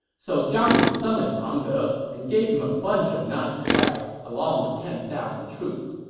so zhang lu summoned pang de and gave him a bunch of nice swag, along with ten thousand troops.